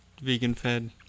vegan-fed